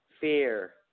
fear